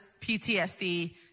PTSD